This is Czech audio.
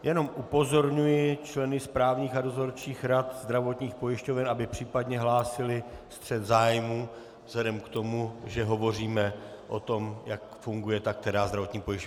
Jenom upozorňuji členy správních a dozorčích rad zdravotních pojišťoven, aby případně hlásili střet zájmů vzhledem k tomu, že hovoříme o tom, jak funguje ta která zdravotní pojišťovna.